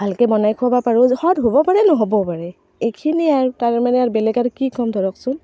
ভালকে বনাই খুৱাব পাৰোঁ সোৱাদ হ'বও পাৰে নহ'বও পাৰে এইখিনি আৰু তাৰমানে আৰু বেলেগ আৰু কি ক'ম ধৰকচোন